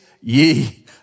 ye